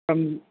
come